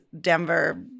Denver